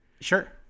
Sure